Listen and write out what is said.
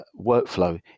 workflow